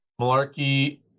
Malarkey